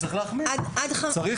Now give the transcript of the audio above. צריך להחמיר את הענישה.